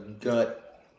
gut